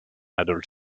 adult